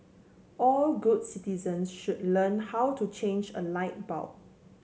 all good citizen should learn how to change a light bulb